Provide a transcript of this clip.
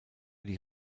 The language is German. die